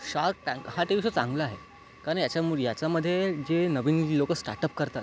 shark tank हा TV show चांगला आहे कारण याच्यामुळे याच्यामध्ये जे नवीन लोक स्टार्टअप करतात